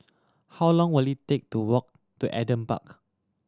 how long will it take to walk to Adam Park